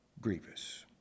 grievous